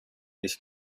ich